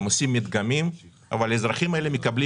אתם עושים מדגמים אבל האזרחים האלה מקבלים